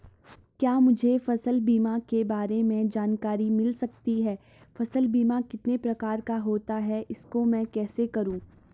क्या मुझे फसल बीमा के बारे में जानकारी मिल सकती है फसल बीमा कितने प्रकार का होता है इसको मैं कैसे करूँ?